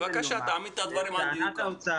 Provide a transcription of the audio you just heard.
בבקשה, תעמיד את הדברים על דיוקם.